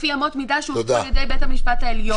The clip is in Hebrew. לפי אמות מידה שהושתו על ידי בית המשפט העליון.